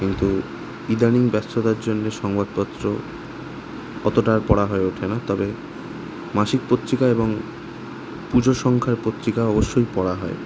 কিন্তু ইদানীং ব্যস্ততার জন্য সংবাদপত্র অতটা পড়া হয়ে ওঠে না তবে মাসিক পত্রিকা এবং পুজো সংখ্যার পত্রিকা অবশ্যই পড়া হয়